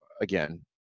again